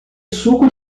suco